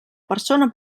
persona